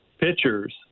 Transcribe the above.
pitchers